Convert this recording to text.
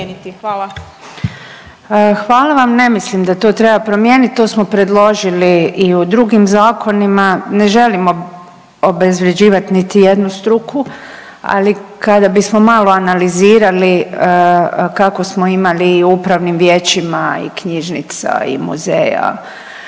Hvala vam. Ne mislim da to treba promijeniti. To smo predložili i u drugim zakonima. Ne želimo obezvređivati niti jednu struku, ali kada bismo malo analizirali kako smo imali i u Upravnim vijećima i knjižnica i muzeja